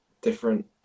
different